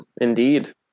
Indeed